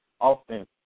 often